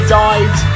died